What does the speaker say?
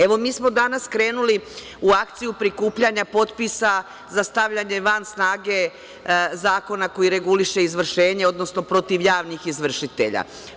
Evo, mi smo danas krenuli u akciju prikupljanja potpisa za stavljanje van snage zakona koji reguliše izvršenje, odnosno protiv javnih izvršitelja.